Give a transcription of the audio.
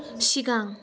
सिगां